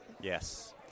Yes